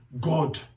God